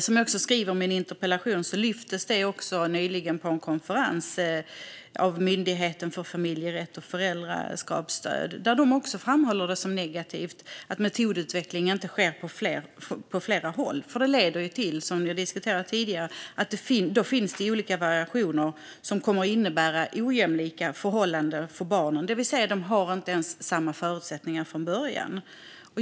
Som jag också skriver i min interpellation lyftes detta nyligen fram på en konferens anordnad av Myndigheten för familjerätt och föräldraskapsstöd, där man framhöll det som negativt att metodutveckling inte sker på flera håll. Som vi har diskuterat tidigare leder det till att det finns olika variationer som kommer att innebära ojämlika förhållanden för barnen. De har alltså inte ens samma förutsättningar från början.